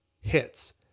hits